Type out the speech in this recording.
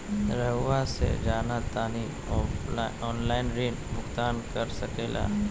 रहुआ से जाना तानी ऑनलाइन ऋण भुगतान कर सके ला?